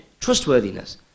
trustworthiness